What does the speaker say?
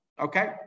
Okay